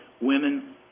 women